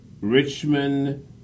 Richmond